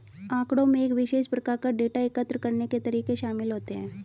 आँकड़ों में एक विशेष प्रकार का डेटा एकत्र करने के तरीके शामिल होते हैं